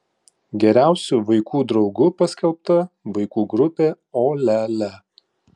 geriausiu vaikų draugu paskelbta vaikų grupė o lia lia